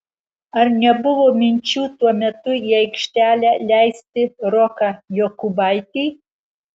ar nebuvo minčių tuo metu į aikštelę leisti roką jokubaitį